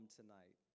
tonight